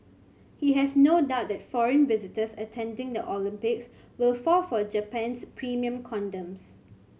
he has no doubt that foreign visitors attending the Olympics will fall for Japan's premium condoms